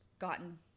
gotten